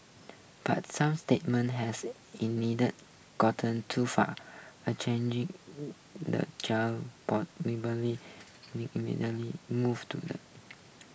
but some statements has in needed gotten too far a changing the move to the